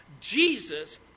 Jesus